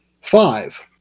Five